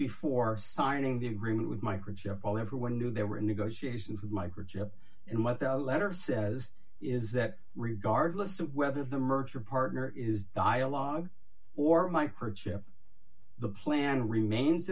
before signing the agreement with microchip well everyone knew they were in negotiations with microchip and without a letter says is that regardless of whether the merger partner is dialogue or microchip the plan remains